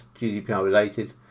GDPR-related